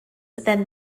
than